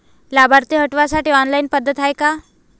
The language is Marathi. लाभार्थी हटवासाठी ऑनलाईन पद्धत हाय का?